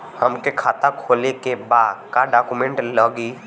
हमके खाता खोले के बा का डॉक्यूमेंट लगी?